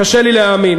קשה לי להאמין.